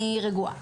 אני רגועה.